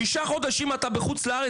שישה חודשים אתה בחו"ל,